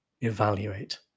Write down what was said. evaluate